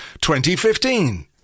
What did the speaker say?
2015